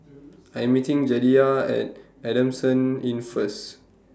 I Am meeting Jedediah At Adamson Inn First